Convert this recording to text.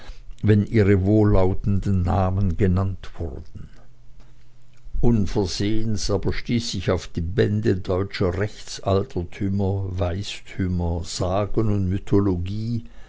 wenn ihre wohllautenden namen genannt wurden unversehens aber stieß ich auf die bände deutscher rechtsaltertümer weistümer sagen und mythologie